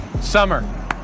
summer